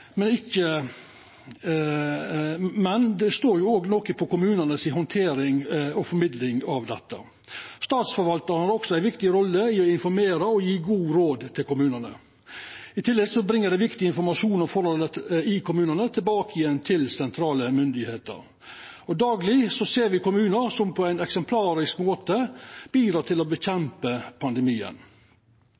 men det står òg noko på kommunanes handtering og formidling av dette. Statsforvaltarane har også hatt ei viktig rolle i å informera og gje gode råd til kommunane. I tillegg bringar dei viktig informasjon om forholda i kommunane tilbake til sentrale myndigheiter. Dagleg ser me kommunar som på ein eksemplarisk måte bidreg til å kjempa mot pandemien.